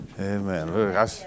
Amen